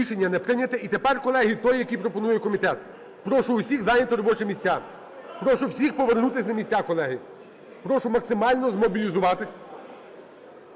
Рішення не прийнято. І тепер, колеги, той, який пропонує комітет. Прошу всіх зайняти робочі місця, прошу всіх повернутись на місця, колеги, прошу максимально змобілізуватись.